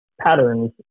patterns